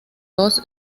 dos